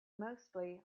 mostly